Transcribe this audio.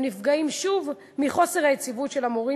הם נפגעים שוב מחוסר היציבות של המורים